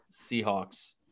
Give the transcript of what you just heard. Seahawks